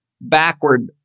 backward